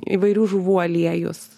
įvairių žuvų aliejus